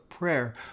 prayer